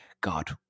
God